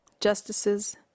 Justices